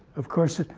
of course,